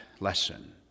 lesson